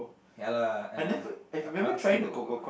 ya lah uh I will still go